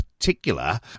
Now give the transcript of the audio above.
particular